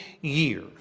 years